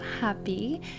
happy